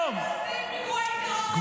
עושים פיגועי טרור נגד יהודים.